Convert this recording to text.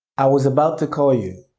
i was about to call you.